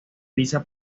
pizza